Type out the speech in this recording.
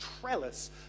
trellis